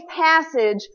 passage